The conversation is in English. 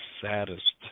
saddest